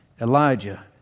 Elijah